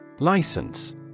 license